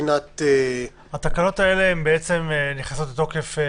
התקנות האלה בעצם נכנסות לתוקף.